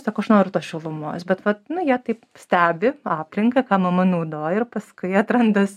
sako aš noriu tos šilumos bet vat nu jie taip stebi aplinką ką mama naudoja ir paskui atranda